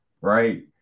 right